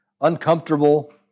uncomfortable